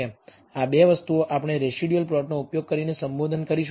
આ 2 વસ્તુઓ આપણે રેસિડયુઅલ પ્લોટનો ઉપયોગ કરીને સંબોધન કરીશું